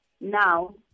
Now